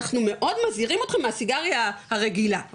אנחנו מאוד מזהירים אותכם מהסיגריה הרגילה,